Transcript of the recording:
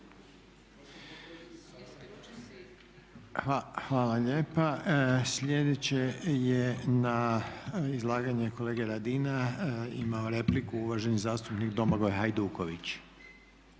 Hvala lijepa. Slijedeće je na izlaganje kolega Radina imao repliku uvaženi zastupnik Domagoj Hajduković.